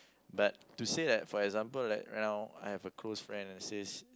but to say that for example like now I have a close friend that says